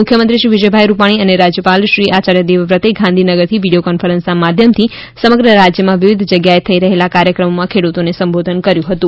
મુખ્યમંત્રીશ્રી વિજયભાઇ રૂપાણી અને રાજ્યપાલ શ્રી આચાર્ય દેવવ્રતએ ગાંધીનગરથી વિડીયો કોન્ફરન્સના માધ્યમ થકી સમગ્ર રાજ્યમાં વિવિધ જગ્યાએ થઇ રહેલા કાર્યક્રમોમાં ખેડૂતોને સંબોધન કર્યું હતું